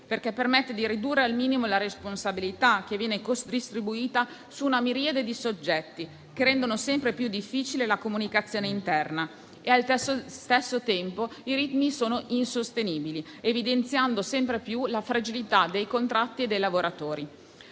perché permette di ridurre al minimo la responsabilità che viene distribuita su una miriade di soggetti che rendono sempre più difficile la comunicazione interna e allo stesso tempo i ritmi sono insostenibili, evidenziando sempre più la fragilità dei contratti dei lavoratori.